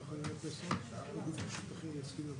תעשה טיפה יותר ותכתוב